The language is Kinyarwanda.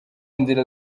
nzira